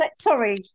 sorry